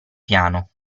piano